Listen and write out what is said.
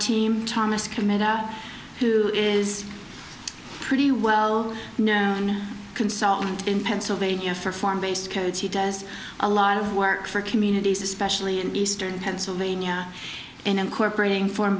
team thomas committee who is a pretty well known consultant in pennsylvania for foreign based codes he does a lot of work for communities especially in eastern pennsylvania and incorporating for